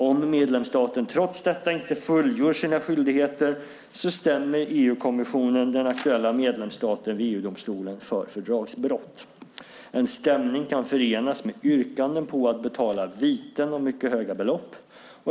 Om medlemsstaten trots detta inte fullgör sina skyldigheter stämmer EU-kommissionen den aktuella medlemsstaten vid EU-domstolen för fördragsbrott. En stämning kan förenas med yrkanden på att betala viten om mycket höga belopp.